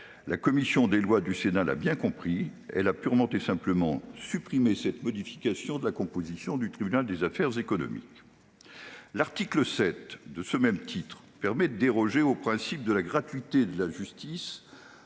La commission des lois du Sénat l'a bien compris : elle a purement et simplement supprimé cette modification de la composition du tribunal des activités économiques. L'article 7 permet de déroger au principe de gratuité de la justice